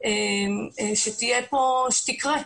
שתקרה כאן.